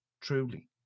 Truly